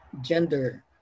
gender